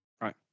right